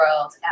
world